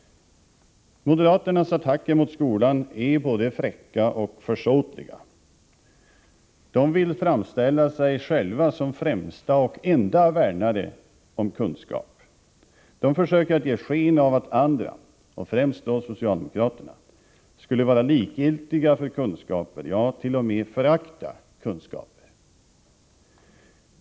Moderaternas attacker mot skolan är både fräcka och försåtliga. De vill framställa sig som främsta och enda värnare om kunskap. De försöker att ge sken av att andra, främst då socialdemokraterna, skulle vara likgiltiga för kunskaper, ja t.o.m. förakta kunskaper.